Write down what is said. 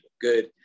good